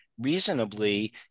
Reasonably